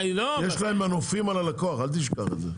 יש להם מנופים על הלקוח, אל תשכח את זה.